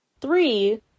Three